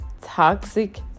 toxic